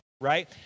right